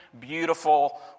beautiful